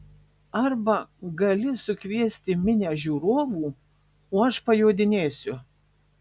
arba gali sukviesti minią žiūrovų o aš pajodinėsiu